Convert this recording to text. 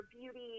beauty